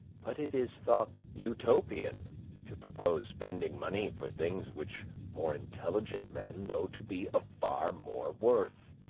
but it is thought utopian to propose spending money for things which more intelligent men know to be of far more worth.